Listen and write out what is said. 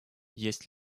есть